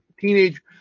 teenage